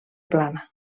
plana